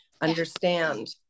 understand